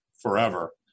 forever